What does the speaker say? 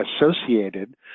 associated